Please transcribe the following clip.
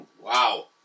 Wow